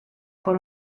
por